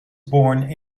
born